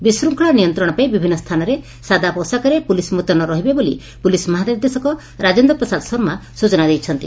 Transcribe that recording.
ବିଶୃଙ୍ଖଳା ନିୟନ୍ତଣ ପାଇଁ ବିଭିନ୍ଦ ସ୍ଚାନରେ ସାଦା ପୋଷାକରେ ପୁଲିସ ମୁତୟନ ରହିବୋଲି ପୁଲିସ୍ ମହାନିର୍ଦ୍ଦେଶକ ରାଜେନ୍ଦ୍ର ପ୍ରସାଦ ଶର୍ମା ସ୍ ଚନା ଦେଇଛନ୍ତି